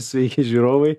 sveiki žiūrovai